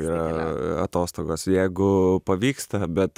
yra atostogos jeigu pavyksta bet